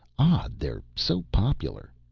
odd they're so popular.